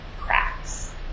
cracks